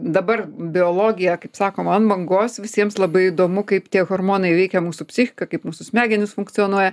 dabar biologija kaip sakoma ant bangos visiems labai įdomu kaip tie hormonai veikia mūsų psichiką kaip mūsų smegenys funkcionuoja